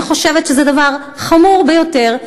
אני חושבת שזה דבר חמור ביותר,